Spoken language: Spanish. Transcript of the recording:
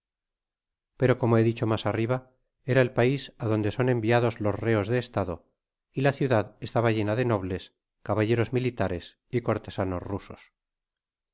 pero como ho dicho ya mas arriba era el pais adande son enviados los reos de estado y la ciudad estaba llena de nobles caballeros militares y cortesanos rusos